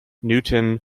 newton